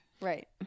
Right